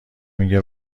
میگه